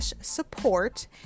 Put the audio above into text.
support